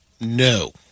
No